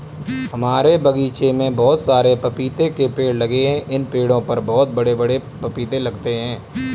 हमारे बगीचे में बहुत सारे पपीते के पेड़ लगे हैं इन पेड़ों पर बहुत बड़े बड़े पपीते लगते हैं